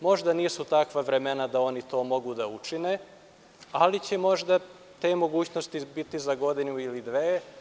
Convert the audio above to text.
Možda nisu takva vremena da oni to mogu da učine, ali će možda te mogućnosti biti za godinu ili dve.